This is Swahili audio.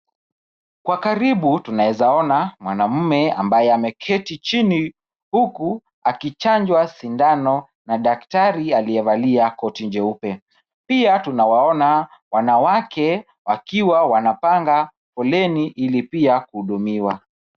Kwa karibu tunawezaona mwanamume ambaye ameketi chini huku akichanjwa sindano na daktari aliyevalia koti jeupe. Pia tunawaona wanawake wakiwa wanapanga foleni ili pia kuhudumiwa.